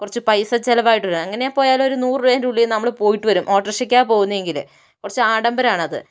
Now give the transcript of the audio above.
കുറച്ചു പൈസ ചിലവായിട്ടു വരും എങ്ങനെ പോയാലും ഒരു നൂറു രൂപേന്റെ ഉള്ളിൽ നമ്മൾ പോയിട്ട് വരും ഓട്ടോറിക്ഷക്കാണ് പോകുന്നതെങ്കിൽ കുറച്ചു ആഡംബരം ആണത്